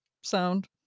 sound